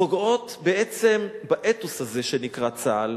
פוגעות בעצם באתוס הזה שנקרא צה"ל,